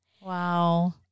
Wow